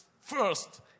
first